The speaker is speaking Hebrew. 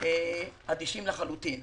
אנחנו אדישים לחלוטין.